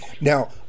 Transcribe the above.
now